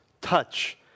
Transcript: touch